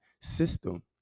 system